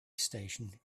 station